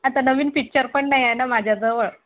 आता नवीन पिच्चर पण नाही आहे ना माझ्याजवळ